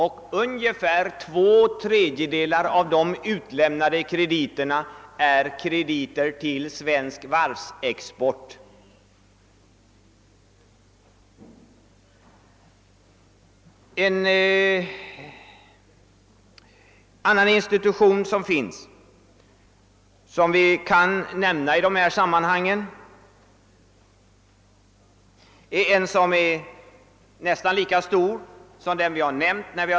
Cirka två tredjedelar av de utlämnade krediterna är krediter till svensk varvsexport.